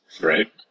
Right